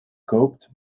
koopt